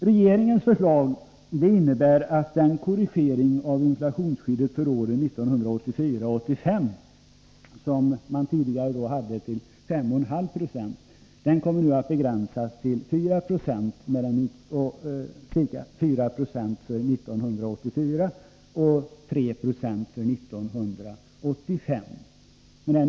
Regeringens förslag innebär att den korrigering av inflationsskyddet för åren 1984-1985 som man tidigare satt till 5,5 26 nu kommer att begränsas till ca 4 90 för 1984 och 3 96 för 1985.